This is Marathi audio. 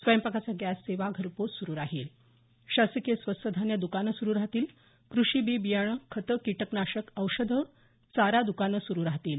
स्वयंपाकाचा गॅस सेवा घरपोच सुरू राहिल शासकीय स्वस्त धान्य दुकाने सुरू राहतील कृषी बि बियाणे खते किटकनाशक औषध चारा दुकाने सुरू राहतील